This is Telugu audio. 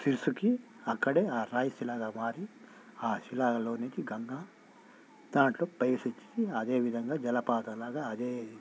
తీసుకి అక్కడే ఆ రాయి శిలగా మారి ఆ శిలలోనికి గంగ దాంట్లో ప్రవేశించి అదేవిధంగా జలపాతం లాగా అదే